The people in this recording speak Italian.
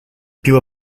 più